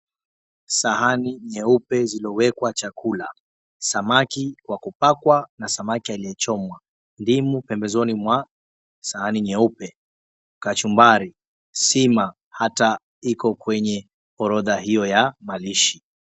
Sahani nyeupe zilizowekwa chakula. Samaki wa kupakwa na samaki aliyechomwa, ndimu pembezoni mwa sahani nyeupe, kachumbari, sima hata iko kwa orodha hio ya malishi.